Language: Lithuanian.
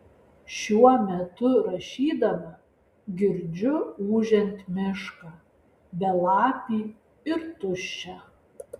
šiuo metu rašydama girdžiu ūžiant mišką belapį ir tuščią